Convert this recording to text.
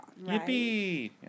Yippee